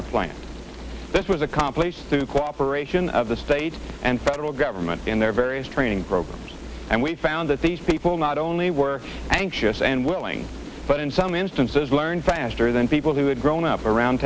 our this was accomplished through cooperation of the state and federal government in their various training programs and we found that these people not only were anxious and willing but in some instances learn faster than people who had grown up around